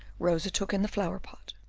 rosa took in the flower-pot.